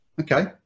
Okay